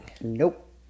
Nope